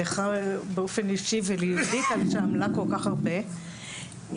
לך באופן אישי וליהודית שעמלה כל כך הרבה,